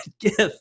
gift